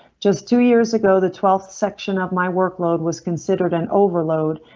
just two years ago, the twelfth section of my work load was considered an overload.